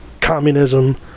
communism